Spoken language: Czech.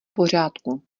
pořádku